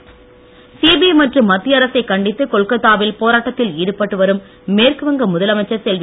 கொல்கத்தா போராட்டம் சிபிஐ மற்றும் மத்திய அரசை கண்டித்து கொல்கத்தாவில் போராட்டத்தில் ஈடுபட்டு வரும் மேற்கு வங்க முதலமைச்சர் செல்வி